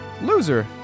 loser